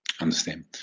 Understand